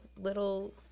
little